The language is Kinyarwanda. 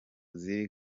ziri